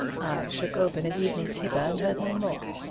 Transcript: shook open an evening paper and heard no more.